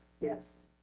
Yes